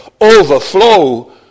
overflow